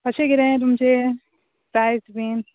कशें कितें तुमचें प्रायस बी